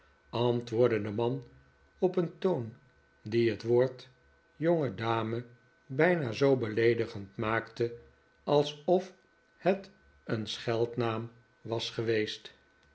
antwoordde de man op een toon die het woord jongedame bijna zoo beleedigend maakte alsof het een scheldnaam was geweest